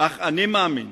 אך אני מאמין